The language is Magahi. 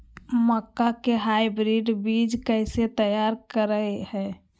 मक्का के हाइब्रिड बीज कैसे तैयार करय हैय?